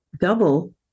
double